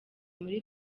muri